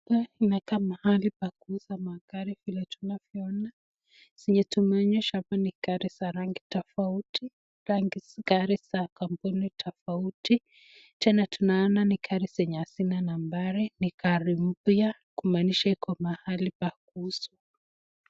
Hapa inakaa mahali ya kuuza magari vile tunavyoona yenye tumeonyeshwa hapa ni gari za rangi tafauti gari za kampuni tafauti tena tunaona ni gari hazina nambari ni gari mpya kumanisha Iko Kwa mahali pa kuuza.